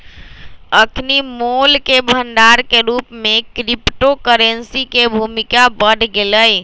अखनि मोल के भंडार के रूप में क्रिप्टो करेंसी के भूमिका बढ़ गेलइ